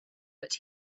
but